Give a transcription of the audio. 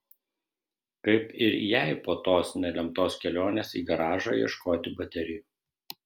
kaip ir jai po tos nelemtos kelionės į garažą ieškoti baterijų